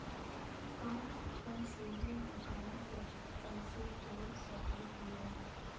हम अप्पन saving account कइसे खोल सको हियै?